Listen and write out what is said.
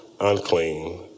unclean